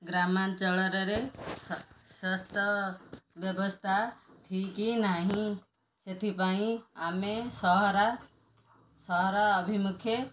ଗ୍ରାମାଞ୍ଚଳରେ ସ୍ୱାସ୍ଥ୍ୟ ବ୍ୟବସ୍ଥା ଠିକ୍ ନାହିଁ ସେଥିପାଇଁ ଆମେ ସହରା ସହର ଅଭିମୁଖେ